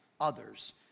others